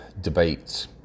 debate